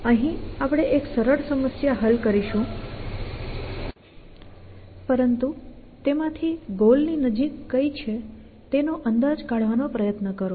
અને અહીં આપણે આપણે એક સરળ સમસ્યા હલ કરીશું પરંતુ તેમાંથી ગોલ ની નજીક કઈ છે તેનો અંદાજ કાઢવાનો પ્રયત્ન કરો